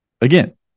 Again